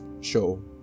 Show